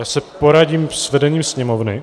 Já se poradím s vedením Sněmovny.